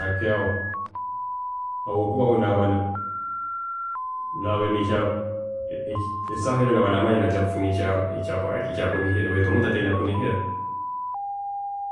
﻿Nakilaho habwokuba esaaho yoona naba namanya naija kufuna ekayali kunihira beitu omuntu ateine kunihira,